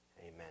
Amen